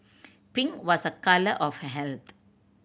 pink was a colour of health